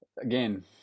again